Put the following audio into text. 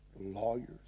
lawyers